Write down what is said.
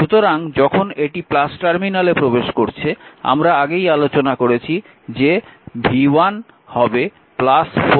সুতরাং যখন এটি টার্মিনালে প্রবেশ করছে আমরা আগেই আলোচনা করেছি যে v1 হবে 4i